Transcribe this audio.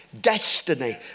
destiny